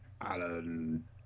Alan